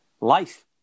life